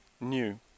new